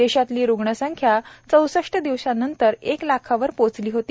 देशातली रुग्ण संख्या चौसष्ट दिवसांनंतर एक लाखावर पोहचली होती